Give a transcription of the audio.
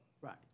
Right